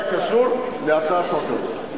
איך אתה קשור להצעת החוק הזאת?